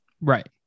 right